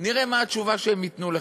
נראה מה התשובה שהם ייתנו לך.